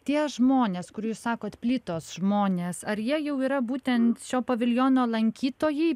tie žmonės kur jūs sakot plytos žmonės ar jie jau yra būtent šio paviljono lankytojai